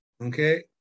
Okay